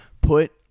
put